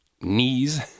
knees